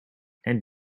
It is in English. and